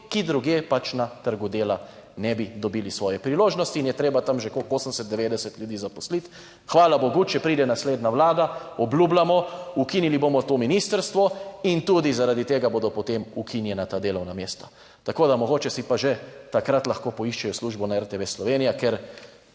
ki drugje pač na trgu dela ne bi dobili svoje priložnosti in je treba tam že, koliko, 80, 90 ljudi zaposliti? Hvala bogu, če pride naslednja vlada, obljubljamo, ukinili bomo to ministrstvo in tudi zaradi tega bodo, potem ukinjena ta delovna mesta. Tako da mogoče si pa že takrat lahko poiščejo službo na RTV Slovenija, ker